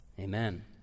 Amen